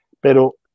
Pero